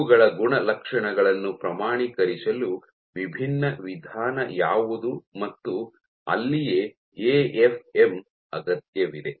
ಇವುಗಳ ಗುಣಲಕ್ಷಣಗಳನ್ನು ಪ್ರಮಾಣೀಕರಿಸಲು ವಿಭಿನ್ನ ವಿಧಾನ ಯಾವುದು ಮತ್ತು ಅಲ್ಲಿಯೇ ಎಎಫ್ಎಂ ಅಗತ್ಯವಿದೆ